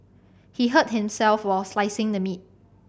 he hurt himself while slicing the meat